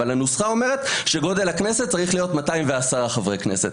אבל הנוסחה אומרת שגודל הכנסת צריך להיות 210 חברי כנסת.